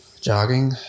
Jogging